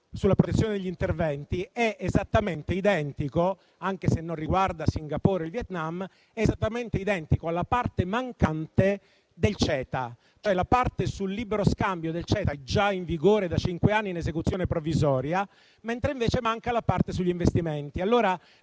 alla protezione degli investimenti, è esattamente identico, anche se non riguarda Singapore o il Vietnam, alla parte mancante del CETA. La parte sul libero scambio del CETA è già in vigore da cinque anni in esecuzione provvisoria, mentre manca quella sugli investimenti.